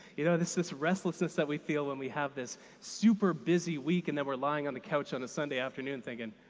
you know, this this restlessness that we feel when we have this super busy week and then we're lying on the couch on a sunday afternoon, thinking,